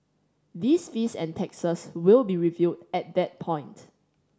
these fees and taxes will be reviewed at that point